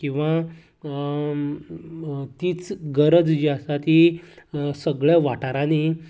किंवां तीच गरज जी आसा ती सगळ्या वाठारांनीं